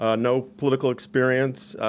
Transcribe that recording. ah no political experience,